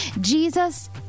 Jesus